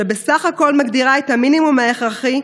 שבסך הכול מגדירה את המינימום ההכרחי,